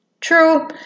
True